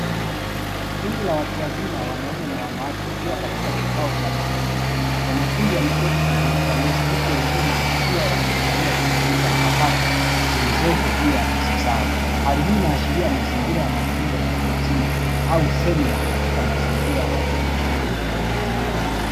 Kundi la watu wazima wanaume na wanawake wakiwa katika kikao cha mafunzo, wanafunzi wameketi kuzunguka meza huku wengine wakiwa wanaanglia kompyuta mpakato zilizoko juu ya meza zao. Hali hii inaashiria mazingira ya mafunzo ya watu wazima au semina katika mazingira ya chuo kikuu.